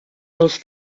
els